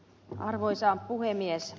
arvoisa puhemies